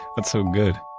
that's so good.